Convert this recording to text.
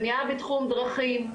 בנייה בתחום דרכים,